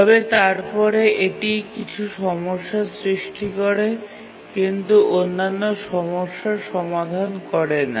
তবে তারপরে এটি কিছু সমস্যার সৃষ্টি করে কিন্তু অন্যান্য সমস্যার সমাধান করে না